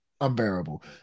unbearable